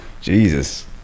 Jesus